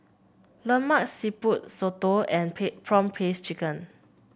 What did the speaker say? Lemak Siput soto and prawn paste chicken